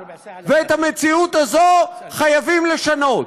ואת המציאות הזאת חייבים לשנות.